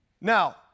Now